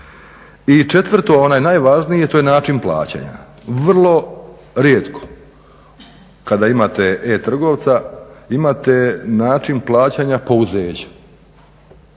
I četvrto, onaj najvažniji to je način plaćanja. Vrlo rijetko kada imate e trgovca imate način plaćanja pouzećem,